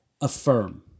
affirm